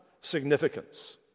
significance